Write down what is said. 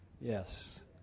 Yes